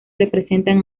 representan